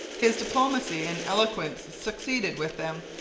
his diplomacy and eloquence succeeded with them,